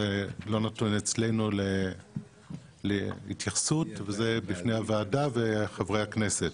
זה לא נתון אצלנו להתייחסות אלא זה בפני הוועדה ובפני חברי הכנסת.